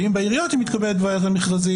ואם בעיריות היא מתקבלת על ידי ועדת המכרזים,